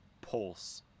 pulse